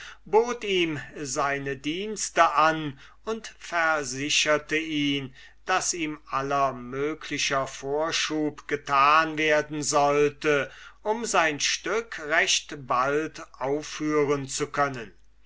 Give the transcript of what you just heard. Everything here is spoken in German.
bot ihm seine dienste an und versicherte ihn daß ihm aller möglicher vorschub getan werden sollte um sein neues stück recht bald aufführen zu können